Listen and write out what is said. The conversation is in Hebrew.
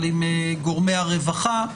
אבל עם גורמי הרווחה.